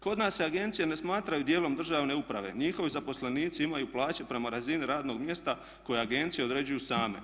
Kod nas se agencije ne smatraju djelom državne uprave, njihovi zaposlenici imaju plaće prema razini radnog mjesta koje agencije određuje same.